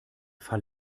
fall